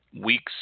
Weeks